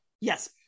Yes